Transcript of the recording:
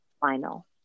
final